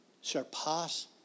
surpass